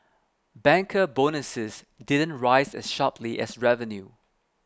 banker bonuses didn't rise as sharply as revenue